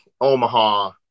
Omaha